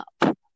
up